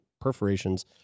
perforations